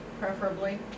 preferably